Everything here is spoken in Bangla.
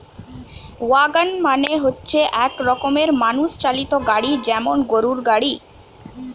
ওয়াগন মানে হচ্ছে এক রকমের মানুষ চালিত গাড়ি যেমন গরুর গাড়ি